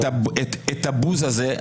את הבוז הזה.